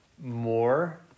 More